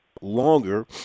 longer